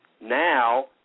Now